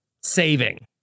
saving